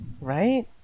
Right